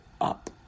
up